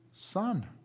son